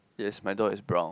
yes my door is brown